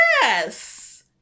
Yes